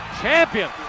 champion